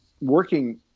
working